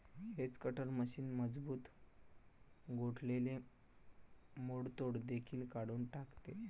hedge cutter machine मजबूत गोठलेले मोडतोड देखील काढून टाकते